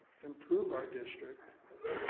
improve our district,